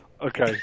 Okay